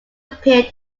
appeared